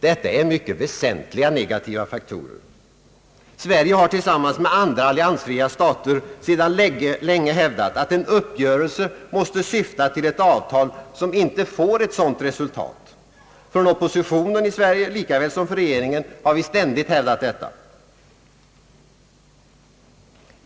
Detta är mycket väsentliga negativa faktorer. Sverige har tillsammans med andra alliansfria stater sedan länge hävdat att en uppgörelse måste syfta till ett avtal som inte får ett sådant resultat. Från oppositionen i Sverige, lika väl som från regeringen, har detta ständigt hävdats.